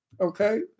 Okay